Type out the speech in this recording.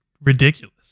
ridiculous